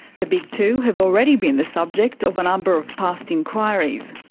the big two have already been the subject of a number of past inquiries.